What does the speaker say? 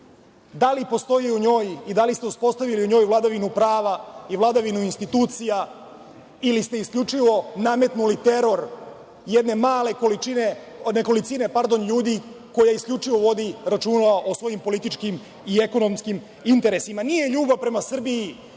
da li postoji u njoj i da li ste uspostavili u njoj vladavinu prava i vladavinu institucija, ili ste isključivo nametnuli teror jedne male nekolicine ljudi koja isključivo vodi računa o svojim političkim i ekonomski interesima. Nije ljubav prema Srbiji